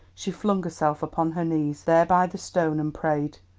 she flung herself upon her knees, there by the stone, and prayed,